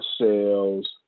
sales